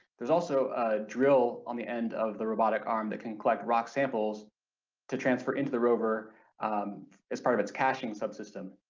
there's also a drill on the end of the robotic arm that can collect rock samples to transfer into the rover as part of its caching subsystem.